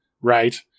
right